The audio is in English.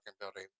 building